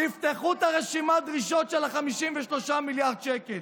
תפתחו את רשימת הדרישות של ה-53 מיליארד שקל.